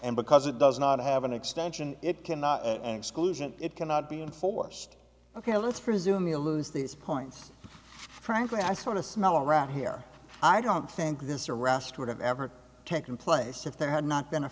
and because it does not have an extension it cannot exclusion it cannot be enforced ok let's presume you lose this point frankly i sort of smell a rat here i don't think this arrest would have ever taken place if there had not been a